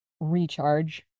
recharge